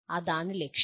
അതാണ് ലക്ഷ്യം